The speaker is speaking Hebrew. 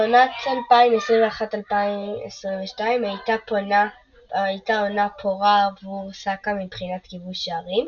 עונת 2021/2022 הייתה עונה פורה עבור סאקה מבחינת כיבוש שערים,